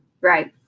Right